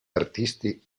artisti